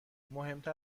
مهمتر